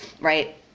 right